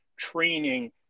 training